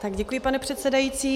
Děkuji, pane předsedající.